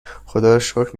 خداروشکر